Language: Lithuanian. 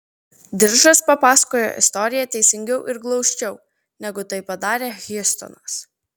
diržas papasakojo istoriją teisingiau ir glausčiau negu tai padarė hjustonas